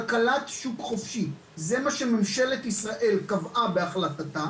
כלכלת שוק חופשי, זה מה שממשלת ישראל קבעה בהחלטתה